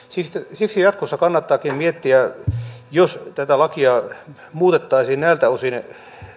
siksi jatkossa kannattaakin miettiä jos tätä lakia muutettaisiin näiltä osin